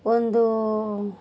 ಒಂದು